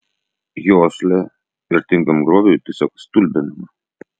jo uoslė vertingam grobiui tiesiog stulbinama